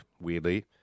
weirdly